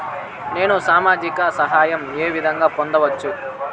నేను సామాజిక సహాయం వే విధంగా పొందొచ్చు?